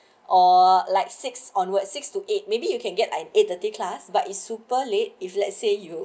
or like six onward six to eight maybe you can get an eight thirty class but it's super late if let's say you